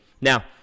now